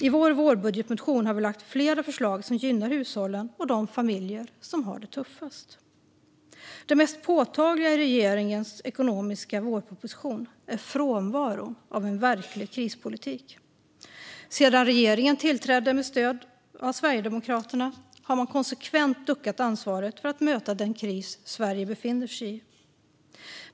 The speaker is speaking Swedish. I vår vårbudgetmotion har vi lagt flera förslag som gynnar hushållen och de familjer som har det tuffast. Det mest påtagliga i regeringens ekonomiska vårproposition är frånvaron av en verklig krispolitik. Sedan regeringen tillträdde med stöd av Sverigedemokraterna har man konsekvent duckat för ansvaret att möta den kris Sverige befinner sig i.